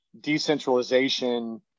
decentralization